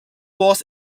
walls